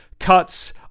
cuts